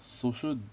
social d~